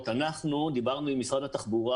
אנחנו מפנים לתקן.